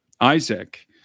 Isaac